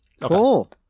Cool